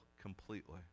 completely